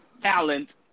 talent